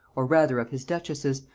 or rather of his duchess's,